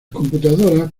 computadoras